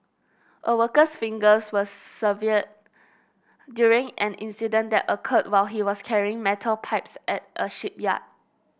a worker's fingers were severed during an incident that occurred while he was carrying metal pipes at a shipyard